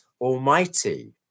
Almighty